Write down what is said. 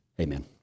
Amen